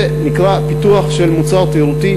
זה נקרא פיתוח של מוצר תיירותי